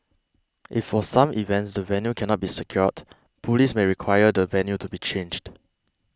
if for some events the venue cannot be secured police may require the venue to be changed